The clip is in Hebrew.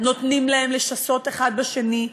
נותנים להם לשסות אחד בשני,